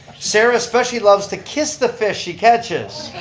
sara especially loves to kiss the fish she catches.